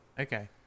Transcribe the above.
Okay